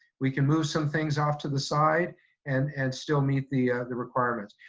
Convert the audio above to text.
we can move some things off to the side and and still meet the the requirements.